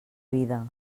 vida